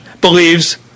believes